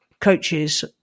coaches